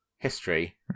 history